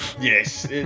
Yes